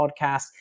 podcast